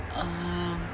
uh